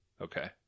Okay